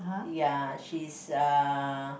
ya she's uh